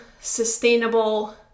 sustainable